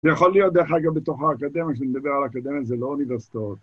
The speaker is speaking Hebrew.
זה יכול להיות, דרך אגב, בתוך האקדמיה, כשאני מדבר על האקדמיה זה לא אוניברסיטאות.